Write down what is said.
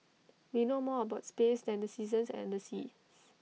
we know more about space than the seasons and the seas